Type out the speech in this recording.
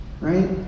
Right